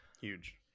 huge